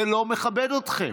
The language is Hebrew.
זה לא מכבד אתכם.